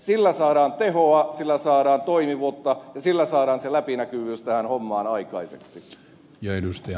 sillä saadaan tehoa sillä saadaan toimivuutta ja sillä saadaan se läpinäkyvyys tähän hommaan aikaiseksi